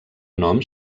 nom